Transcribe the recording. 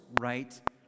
right